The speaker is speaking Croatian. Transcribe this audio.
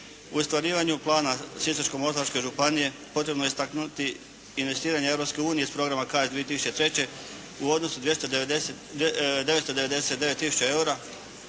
U ostvarivanju plana Sisačko-moslavačke županije potrebno je istaknuti investiranje Europske unije iz programa CARDS 2003. u odnosu 999000 eura